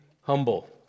humble